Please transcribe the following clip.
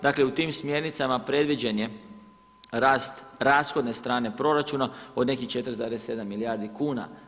Dakle, u tim smjernicama predviđen je rast rashodne strane proračuna od nekih 4,7 milijardi kuna.